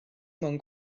mewn